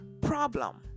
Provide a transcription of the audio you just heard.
problem